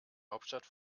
hauptstadt